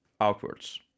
outwards